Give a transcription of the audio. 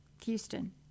Houston